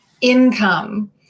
income